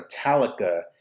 Metallica